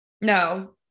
No